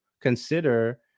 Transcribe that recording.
consider